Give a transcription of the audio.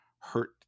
hurt